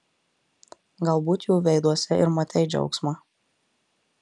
galbūt jų veiduose ir matei džiaugsmą